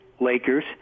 Lakers